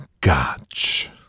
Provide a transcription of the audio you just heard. Gotch